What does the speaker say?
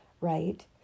right